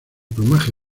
plumaje